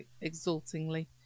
exultingly